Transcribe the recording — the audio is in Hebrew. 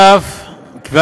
נוסף על כך,